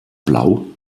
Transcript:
blau